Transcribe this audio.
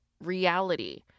reality